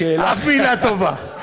אף מילה טובה.